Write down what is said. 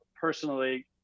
personally